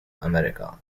america